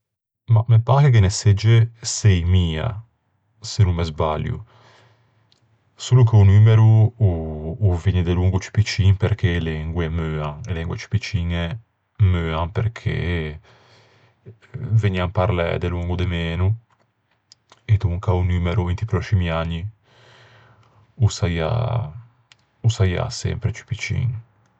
Mah, me pâ che ghe ne segge sëimia, se no me sbalio. Solo che o numero o-o vëgne ciù piccciñe perché e lengue meuan. E lengue ciù picciñe meuan perché vëgnan parlæ delongo de meno e donca o numero inti pròscimi agni o saià-o saià sempre ciù piccin.